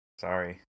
Sorry